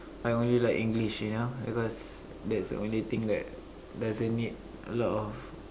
I only like English you know because that's the only thing that doesn't need a lot of